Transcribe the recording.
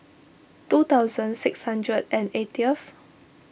two thousand six hundred and eightieth